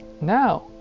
Now